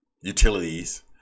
utilities